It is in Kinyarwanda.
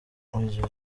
iryo